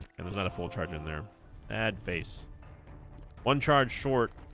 and there's not a full charge in there add face one charge short